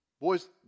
boys